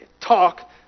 talk